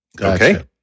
Okay